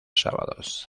sábados